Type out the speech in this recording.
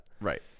right